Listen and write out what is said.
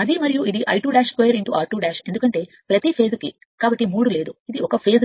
అది మరియు ఇది I2 2 r2 ఎందుకంటే ప్రతి ఫేస్కు కాబట్టి 3 లేదు ఇది ఒక ఫేస్కు ఉంటుంది